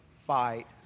fight